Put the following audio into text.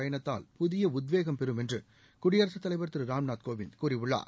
பயனத்தால் புதிய உத்வேகம் பெறும் என்று குடியரசுத்தலைவர் திரு ராம் நாத் கோவிந்த் கூறியுள்ளார்